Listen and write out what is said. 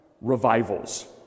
revivals